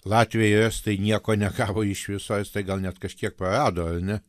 latviai estai nieko negavo iš viso estai gal net kažkiek prarado ar ne